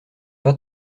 pas